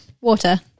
Water